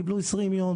קיבלו 20 יום,